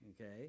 Okay